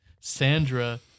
Sandra